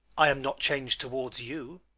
i am not changed towards you.